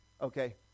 Okay